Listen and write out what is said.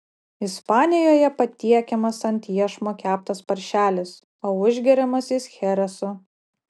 ispanijoje patiekiamas ant iešmo keptas paršelis o užgeriamas jis cheresu